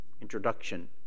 introduction